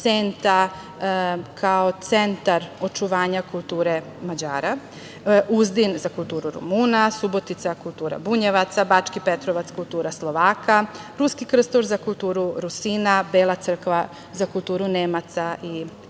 Senta kao centar očuvanja kulture Mađara, Uzdin za kulturu Rumuna, Subotica za kulturu Bunjevaca, Bački Petrovac – kultura Slovaka, Ruski Krstur za kulturu Rusina, Bela Crkva za kulturu Nemaca i Čeha. To